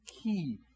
key